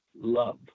love